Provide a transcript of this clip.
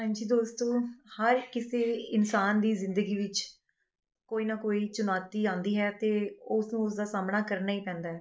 ਹਾਂਜੀ ਦੋਸਤੋ ਹਰ ਕਿਸੇ ਇਨਸਾਨ ਦੀ ਜ਼ਿੰਦਗੀ ਵਿੱਚ ਕੋਈ ਨਾ ਕੋਈ ਚੁਣੌਤੀ ਆਉਂਦੀ ਹੈ ਅਤੇ ਉਸਨੂੰ ਉਸਦਾ ਸਾਹਮਣਾ ਕਰਨਾ ਹੀ ਪੈਂਦਾ ਹੈ